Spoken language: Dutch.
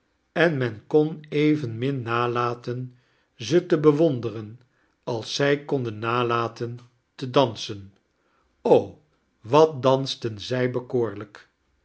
en men kon eyenmin nalaten ze te bewonderen als zij konden nalaten te dansen wat dansten zij bekoorlqk